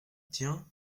tiens